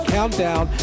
Countdown